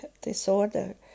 disorder